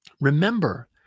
Remember